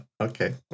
okay